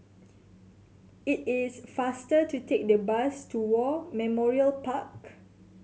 it is faster to take the bus to War Memorial Park